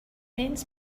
means